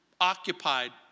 occupied